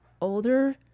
older